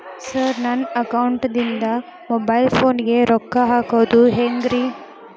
Sir ನನ್ನ ಅಕೌಂಟದಿಂದ mobile ಫೋನಿಗೆ ರೊಕ್ಕ ಹಾಕೋದು ಹೆಂಗ್ರಿ?